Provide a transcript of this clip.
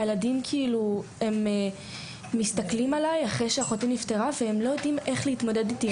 הילדים מסתכלים עליי אחרי שאחותי נפטרה והם לא יודעים איך להתמודד איתי.